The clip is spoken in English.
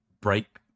break